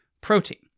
protein